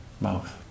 mouth